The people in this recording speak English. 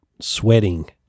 sweating